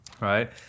right